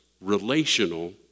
relational